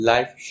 Life